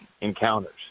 encounters